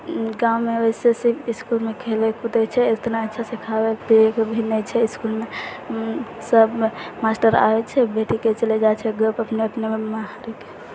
गाँवमे वइसे सिर्फ इसकुलमे खेलै कुदै छै एतना अच्छा सिखाबै भी नहि छै इसकुलमे सब मास्टर आबै छै बैठिके चलि जाइ छै अपनेमे